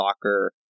soccer